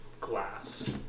glass